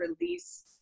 release